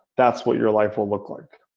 that's what your life would look like.